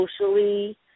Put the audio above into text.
socially